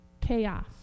Chaos